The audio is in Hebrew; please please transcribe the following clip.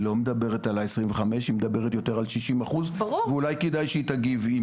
היא לא מדברת על ה-25 היא מדברת יותר על 60 אחוז ואולי כדי שהיא תגיב.